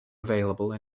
available